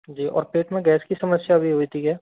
जी और पेट में गैस की समस्या भी हुई थी क्या